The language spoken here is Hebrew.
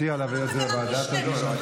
אתה מציע להעביר את זה לוועדת המשנה?